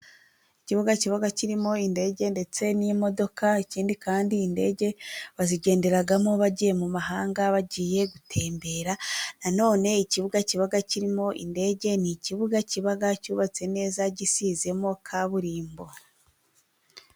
Ikibuga kiba kirimo indege ndetse n'imodoka, ikindi kandi indege bazigenderamo bagiye mu mahanga bagiye gutembera. Nanone ikibuga kiba kirimo indege ni ikibuga kiba cyubatse neza, gisizemo kaburimbo.